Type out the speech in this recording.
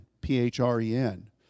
P-H-R-E-N